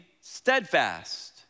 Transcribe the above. steadfast